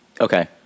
Okay